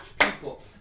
people